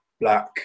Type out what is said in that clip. Black